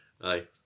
aye